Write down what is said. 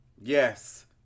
yes